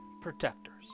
protectors